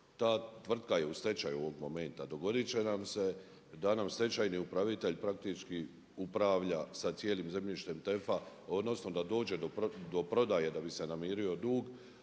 Ta tvrtka je u stečaju ovog momenta, dogoditi će nam se da nam stečajni upravitelj praktički upravlja sa cijelim zemljištem TEF-a odnosno da dođe do prodaje da bi se namirio dug